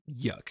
yuck